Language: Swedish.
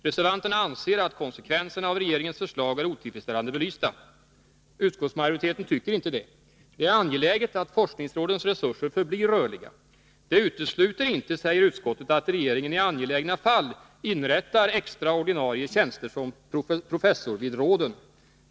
Reser vanterna anser att konsekvenserna av regeringens förslag är otillfredsställande belysta. Utskottsmajoriteten tycker inte det. Det är angeläget att forskningsrådens resurser förblir rörliga. Det utesluter inte, säger utskottet, att regeringen i angelägna fall inrättar extra ordinarie tjänster som professor vid råden.